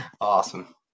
awesome